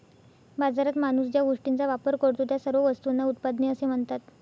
बाजारात माणूस ज्या गोष्टींचा वापर करतो, त्या सर्व वस्तूंना उत्पादने असे म्हणतात